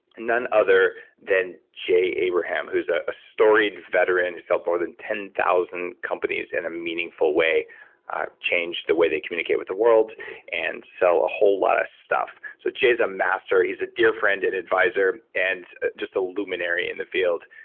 none other than jay abraham, who's a a storied veteran. who's helped more than ten thousand companies in and a meaningful way change the way they communicate with the world and sell a whole lot of stuff. so, jay's a master. he's a dear friend and advisor and just a luminary in the field.